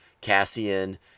Cassian